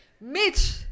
Mitch